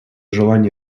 желание